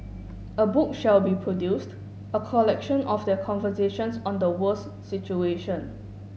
a book shall be produced a collection of their conversations on the world's situation